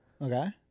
Okay